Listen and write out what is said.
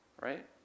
Right